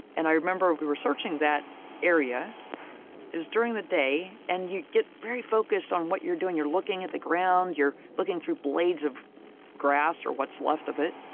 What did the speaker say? and i remember we were searching that area it was during the day and you get very focused on what you're doing. you're looking at the ground, you're looking through blades of grass or what's left of it.